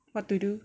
what to do